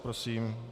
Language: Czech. Prosím.